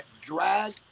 drag